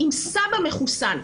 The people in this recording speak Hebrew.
אם סבא מחוסן,